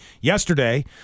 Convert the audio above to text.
yesterday